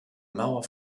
mauer